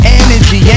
energy